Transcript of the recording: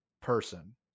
person